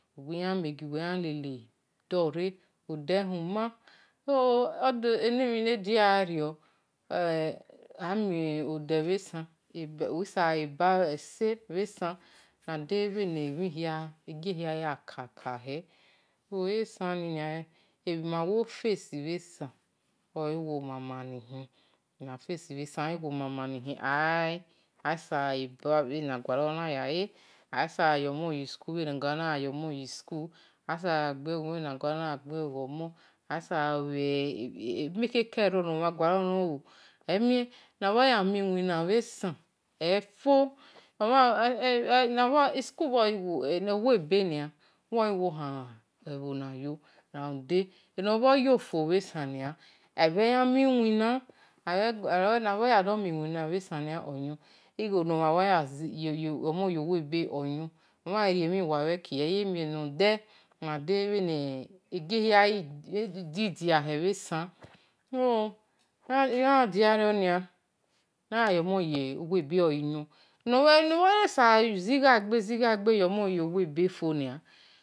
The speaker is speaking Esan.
Uwi-yan mie ghiu we lele dore ode huma soo enemhia nediario amieo-de-bhe esan enemi ramude bhe-nemhin hia ya-kaka he soo bhe esani-nia so abima face bhesan ohe-nikhin nisaboleba bhe inagualor nisaboyo-omoro yi sahool aisabo gbeho gho omon aisa-bolue-mhin keke na-bho yami-wina bhe esa efe owe-be nia bhor ghi wo-khan omhanayo ramude eno-bho yofo bhesan nia eyan mi wina noyadomi-iwina oyon igho naya-yomon ye-ow-ebe oyon agha rie-mhin wa bhe-ki nia wa ya mie nokhiande oyon bhe igie-hia gi diahe bhe esa soo emhin na dia rioria na-ya yomon yo we-be ogi-ya eno-bho-bhe sabo zigha-gbe zigha-gbe yomen yo we-be fonia.